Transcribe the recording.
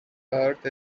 earth